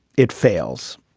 it fails.